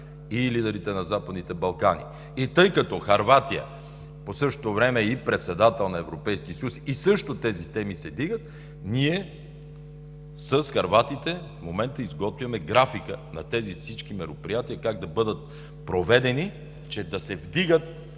и лидерите на Западните Балкани. Тъй като Хърватия по същото време е и Председател на Европейския съюз и също се вдигат тези теми, ние с хърватите в момента изготвяме графика на всички тези мероприятия как да бъдат проведени, че да се вдигат,